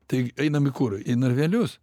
tai einam kur į narvelius